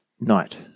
night